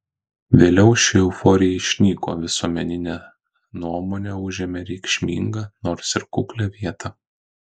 vėliau ši euforija išnyko visuomeninė nuomonė užėmė reikšmingą nors ir kuklią vietą